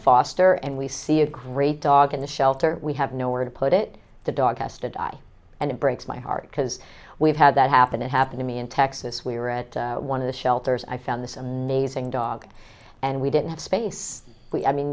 foster and we see a great dog in the shelter we have nowhere to put it the dog has to die and it breaks my because we've had that happen it happened to me in texas we were at one of the shelters i found this amazing dog and we didn't have space we i mean